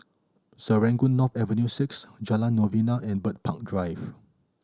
Serangoon North Avenue Six Jalan Novena and Bird Park Drive